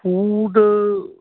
food